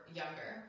younger